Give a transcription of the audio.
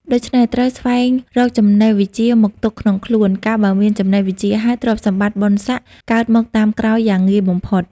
ដូច្នេះ ត្រូវស្វែងរកចំណេះវិជ្ជាមកទុកក្នុងខ្លួន កាលបើមានចំណេះវិជ្ជាហើយ ទ្រព្យសម្បត្តិ បុណ្យស័ក្តិ កើតមកតាមក្រោយយ៉ាងងាយបំផុត ។